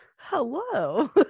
Hello